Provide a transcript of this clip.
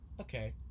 okay